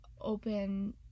open